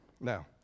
Now